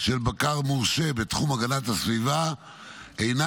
של בקר מורשה בתחום הגנת הסביבה אינה